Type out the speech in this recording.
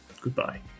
Goodbye